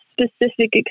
specific